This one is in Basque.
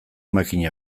makina